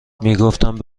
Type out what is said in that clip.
میگفتند